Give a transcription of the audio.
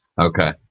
okay